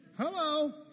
Hello